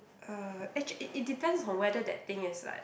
uh actua~ it it depends on whether that thing is like